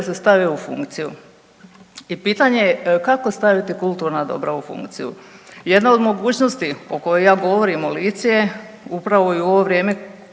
da se stave u funkciju. I pitanje je kako staviti kulturna obra u funkciju? Jedna od mogućnosti o kojoj ja govorim u Lici je upravo i u ovo vrijeme